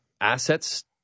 assets